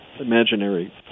imaginary